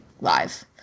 live